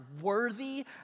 worthy